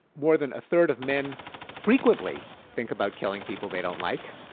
more than a third of men frequently think about killing people they don't like.